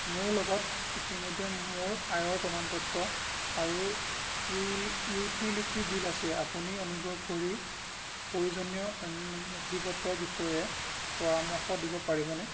মোৰ লগত ইতিমধ্যে মোৰ আয়ৰ প্ৰমাণপত্ৰ আৰু ইউটিলিটি বিল আছে আপুনি অনুগ্ৰহ কৰি প্ৰয়োজনীয় অন্য নথিপত্ৰৰ বিষয়ে পৰামৰ্শ দিব পাৰিবনে